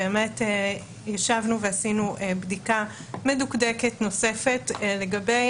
ישבנו ועשינו בדיקה מדוקדקת נוספת לגבי